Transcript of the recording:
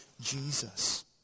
Jesus